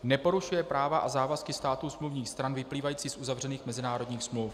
Neporušuje práva a závazky států smluvních stran vyplývající z uzavřených mezinárodních smluv.